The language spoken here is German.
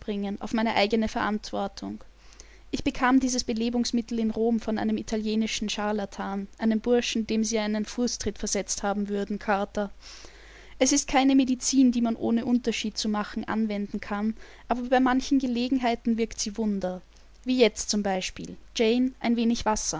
auf meine eigene verantwortung ich bekam dieses belebungsmittel in rom von einem italienischen charlatan einem burschen dem sie einen fußtritt versetzt haben würden carter es ist keine medizin die man ohne unterschied zu machen anwenden kann aber bei manchen gelegenheiten wirkt sie wunder wie jetzt zum beispiel jane ein wenig